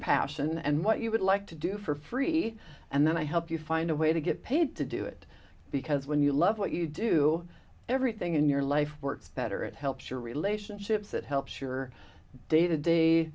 passion and what you would like to do for free and then i help you find a way to get paid to do it because when you love what you do everything in your life works better it helps your relationships it helps your day to day